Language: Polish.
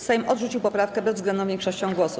Sejm odrzucił poprawkę bezwzględną większością głosów.